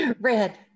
red